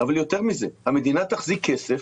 אבל יותר מזה, המדינה תחזיק כסף,